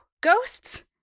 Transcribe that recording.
ghosts